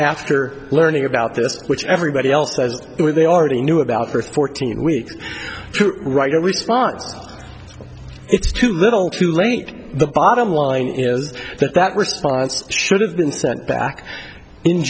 after learning about this which everybody else says they already knew about for fourteen weeks write a response it's too little too late the bottom line is that that response should have been sent back in